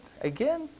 Again